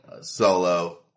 solo